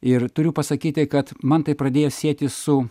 ir turiu pasakyti kad man tai pradėjo sietis su